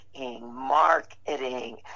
marketing